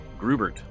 Grubert